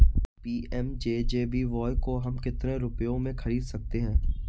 PMJJBY को हम कितने रुपयों में खरीद सकते हैं?